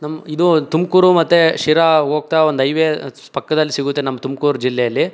ನಮ್ಮ ಇದು ತುಮಕೂರು ಮತ್ತು ಶಿರಾ ಹೋಗ್ತಾ ಒಂದು ಐವೇ ಪಕ್ಕದಲ್ಲಿ ಸಿಗುತ್ತೆ ನಮ್ಮ ತುಮಕೂರು ಜಿಲ್ಲೆಯಲ್ಲಿ